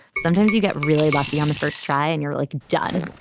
sometimes you get really lucky on the first try and you're like done.